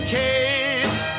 case